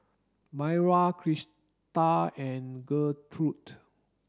Mayra Krista and Gertrude